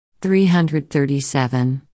337